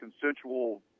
consensual